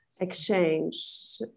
exchange